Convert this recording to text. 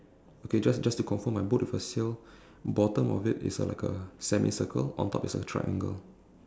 okay just just to confirm my boat with a sail bottom of it is a like a semi circle on top is a triangle